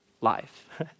life